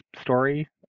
story